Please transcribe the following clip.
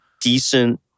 decent